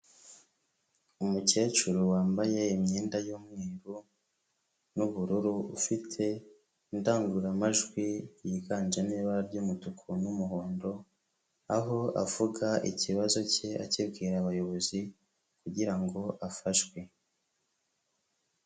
Umukecuru wambaye imyenda y'umweru n'ubururu ufite indangururamajwi yiganjemo ibara ry'umutuku n'umuhondo, aho avuga ikibazo cye akibwira abayobozi kugira ngo afashwe.